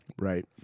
Right